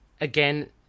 Again